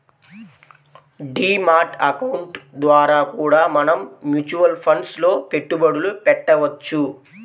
D mat account ద్వారా కూడా మనం మ్యూచువల్ ఫండ్స్ లో పెట్టుబడులు పెట్టవచ్చు